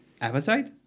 appetite